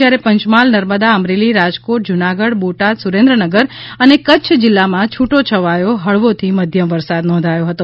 જ્યારે પંચમહાલ નર્મદા અમરેલી રાજકોટ જૂનાગઢ બોટાદ સુરેન્દ્રનગર અને કચ્છ જિલ્લામાં છૂટોછવાયો હળવાથઈ મધ્યમ વરસાદ નોંધાયો હતો